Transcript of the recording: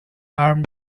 arm